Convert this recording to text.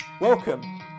Welcome